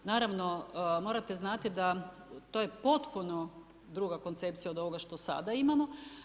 Naravno, morate znati da to je potpuno druga koncepcija od ovoga što sada imamo.